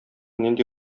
нинди